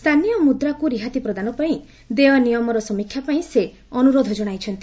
ସ୍ଥାନୀୟ ମୁଦ୍ରାକୁ ରିହାତି ପ୍ରଦାନ ପାଇଁ ଦେୟ ନିୟମର ସମୀକ୍ଷା ପାଇଁ ସେ ଅନୁରୋଧ ଜଣାଇଛନ୍ତି